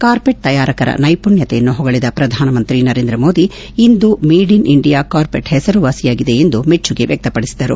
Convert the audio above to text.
carpet ತಯಾರಕರ ನೈಮಣ್ಠತೆಯನ್ನು ಹೊಗಳಿದ ಪ್ರಧಾನಮಂತ್ರಿ ನರೇಂದ್ರಮೋದಿ ಇಂದು made in India carpet ಹೆಸರು ವಾಸಿಯಾಗಿದೆ ಎಂದು ಮೆಚ್ಚುಗೆ ವ್ಯಕ್ತಪಡಿಸಿದರು